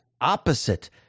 opposite